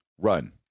Run